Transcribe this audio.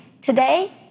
today